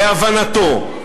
בהבנתו,